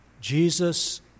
Jesus